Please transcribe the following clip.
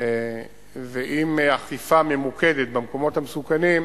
ועם אכיפה ממוקדת במקומות המסוכנים,